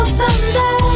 someday